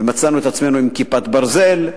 גם ב"כיפת ברזל",